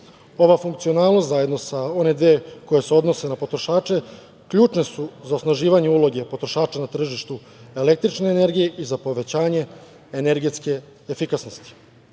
Ova funkcionalnost zajedno sa one dve koje se odnose na potrošače ključne su za osnaživanje uloge potrošača na tržištu električne energije i za povećanje energetske efikasnosti.